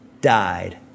died